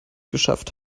geschafft